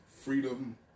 freedom